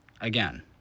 Again